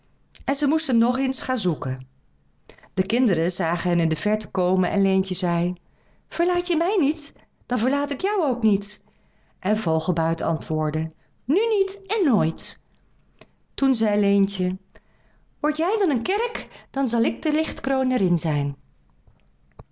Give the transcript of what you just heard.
en ze moesten nog eens gaan zoeken de kinderen zagen hen in de verte komen en leentje zei verlaat je mij niet dan verlaat ik jou ook niet en vogelbuit antwoordde nu niet en nooit toen zei leentje word jij dan een kerk dan zal ik de lichtkroon er in zijn